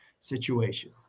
situation